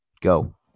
Go